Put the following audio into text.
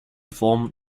fond